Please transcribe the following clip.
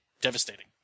devastating